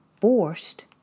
forced